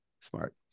smart